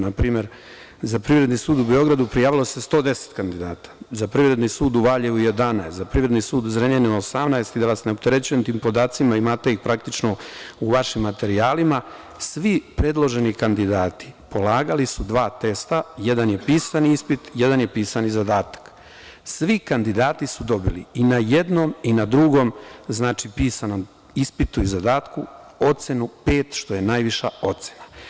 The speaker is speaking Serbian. Na primer, za Privredni sud u Beogradu prijavilo se 110 kandidata, za Privredni sud u Valjevu 11, za Privredni sud u Zrenjaninu 18 i da vas ne opterećujem tim podacima, imate ih praktično u vašim materijalima, svi predloženi kandidati polagali su dva testa, jedan je pisani ispit, jedan je pisani zadatak, svi kandidati su dobili i na jednom i na drugom pisanom ispitu i zadatku ocenu pet, što je najviša ocena.